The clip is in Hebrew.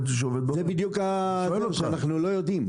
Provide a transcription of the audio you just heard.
אנחנו לא יודעים.